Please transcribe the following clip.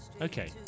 Okay